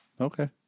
Okay